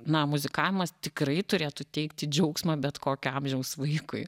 na muzikavimas tikrai turėtų teikti džiaugsmą bet kokio amžiaus vaikui